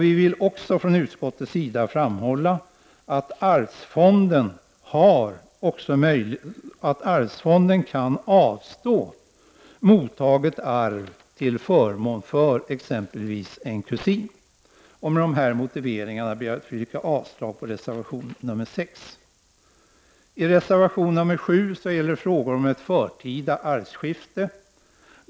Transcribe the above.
Vi vill också från utskottets sida framhålla att Arvsfonden kan avstå mottaget arv till förmån för exempelvis en kusin. Med dessa motiveringar ber jag att få yrka avslag på reservation 6. Reservation 7 gäller förtida arvskifte.